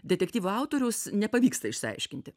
detektyvų autoriaus nepavyksta išsiaiškinti